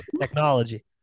technology